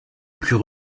plus